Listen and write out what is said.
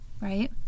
right